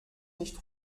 nicht